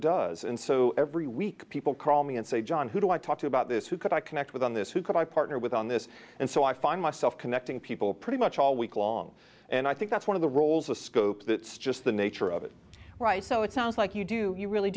does and so every week people call me and say john who do i talk to about this who could i connect with on this who could i partner with on this and so i find myself connecting people pretty much all week long and i think that's one of the roles of scope that just the nature of it right so it sounds like you do you really